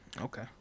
Okay